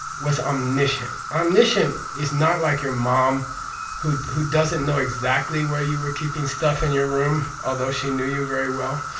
was omniscient. omniscient is not like your mom who who doesn't know exactly where you were keeping stuff in your room, although she knew you very well.